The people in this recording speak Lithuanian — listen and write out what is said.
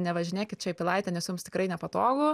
nevažinėkit čia į pilaitę nes jums tikrai nepatogu